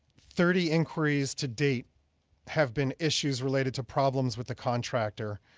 thirty inquiries to date have been issues related to problems with the contractor